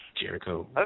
Jericho